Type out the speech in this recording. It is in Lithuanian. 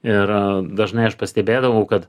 ir dažnai aš pastebėdavau kad